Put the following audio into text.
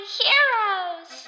heroes